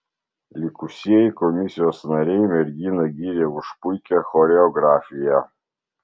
likusieji komisijos nariai merginą gyrė už puikią choreografiją